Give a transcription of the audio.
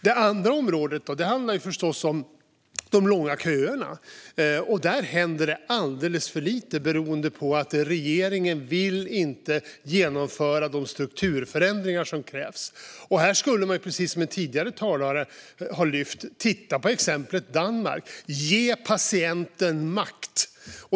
Det andra området är förstås de långa köerna. Där händer det alldeles för lite beroende på att regeringen inte vill genomföra de strukturförändringar som krävs. Här skulle man, precis som en tidigare talare har lyft fram, kunna titta på exemplet Danmark och ge patienten makt.